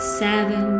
Seven